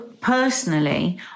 personally